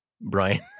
Brian